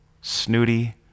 snooty